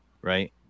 right